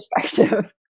perspective